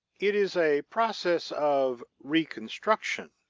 it is a process of reconstruction,